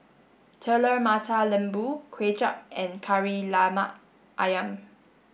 Telur Mata Lembu Kuay Chap and Kari Lemak Ayam